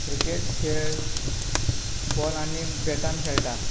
cricket खेळ ball आनी बेटान खेळटात